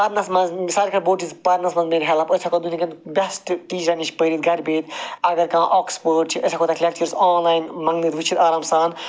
پَرنَس مَنٛز مِثال کے طور پر پَرنَس مَنٛز میلہِ ہیٚلپ أسۍ ہیٚکو دُنیاہکٮ۪ن بیٚسٹ ٹیٖچرَن نِش پٔرِتھ گَرِ بِہِتھ اگر کانٛہہ آکسفٲرڈ چھُ أسۍ ہیٚکو تتھ لیٚکچَر یُس آن لاین مَنٛگنٲوِتھ وُچھِتھ آرام سان